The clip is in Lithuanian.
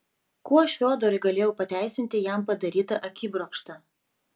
kuo aš fiodorui galėjau pateisinti jam padarytą akibrokštą